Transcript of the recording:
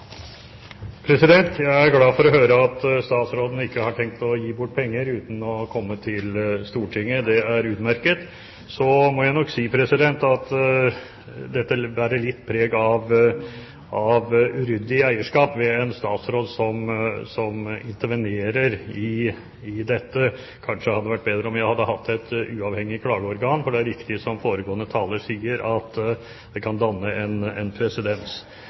glad for å høre at statsråden ikke har tenkt å gi bort penger uten å komme til Stortinget – det er utmerket. Så må jeg nok si at dette bærer litt preg av uryddig eierskap med en statsråd som intervenerer i dette. Kanskje hadde det vært bedre om vi hadde hatt et uavhengig klageorgan, for det er riktig som foregående taler sier, at det kan danne en presedens. Men til noe helt annet i forbindelse med dette: Er dette en